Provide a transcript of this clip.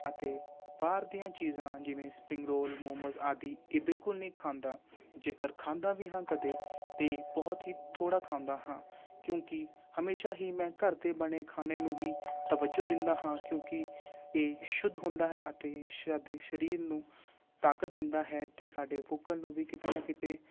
ਅਤੇ ਬਾਹਰ ਦੀਆਂ ਚੀਜ਼ਾਂ ਜਿਵੇਂ ਸਪ੍ਰਿੰਗ ਰੋਲ ਮੋਮੋਜ ਆਦਿ ਇਹ ਬਿਲਕੁਲ ਨਹੀਂ ਖਾਂਦਾ ਜੇਕਰ ਖਾਂਦਾ ਵੀ ਹਾਂ ਕਦੇ ਤਾਂ ਬਹੁਤ ਹੀ ਥੋੜ੍ਹਾ ਖਾਂਦਾ ਹਾਂ ਕਿਉਂਕਿ ਹਮੇਸ਼ਾ ਹੀ ਮੈਂ ਘਰ ਦੇ ਬਣੇ ਖਾਣੇ ਨੂੰ ਹੀ ਤਵੱਜੋ ਦਿੰਦਾ ਹਾਂ ਕਿਉਂਕਿ ਇਹ ਸ਼ੁੱਧ ਹੁੰਦਾ ਹੈ ਅਤੇ ਸਾਡੇ ਸਰੀਰ ਨੂੰ ਤਾਕਤ ਦਿੰਦਾ ਹੈ ਅਤੇ ਸਾਡੇ ਬੁਕਣ ਨੂੰ ਵੀ ਕਿਤੇ ਨਾ ਕਿਤੇ